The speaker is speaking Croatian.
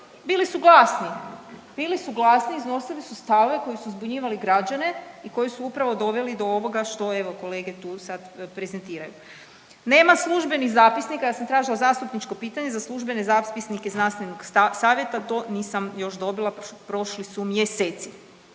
bili su glasni. Bili su glasni, iznosili su stavove koji su zbunjivali građane i koji su upravo doveli do ovoga što evo kolege tu sad prezentiraju. Nema službenih zapisnika, ja sam tražila zastupničko pitanje za službene zapisnika znanstvenog savjeta. To nisam još dobila, prošli su mjeseci.